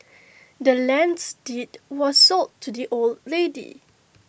the land's deed was sold to the old lady